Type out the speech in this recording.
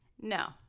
No